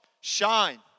Shine